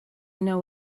know